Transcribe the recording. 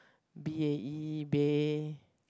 B_A_E bae